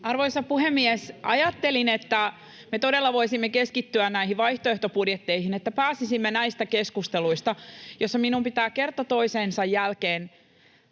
Arvoisa puhemies! Ajattelin, että me todella voisimme keskittyä näihin vaihtoehtobudjetteihin, että pääsisimme näistä keskusteluista, joissa minun pitää kerta toisensa jälkeen